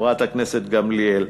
חברת הכנסת גמליאל.